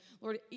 Lord